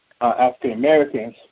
African-Americans